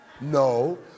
no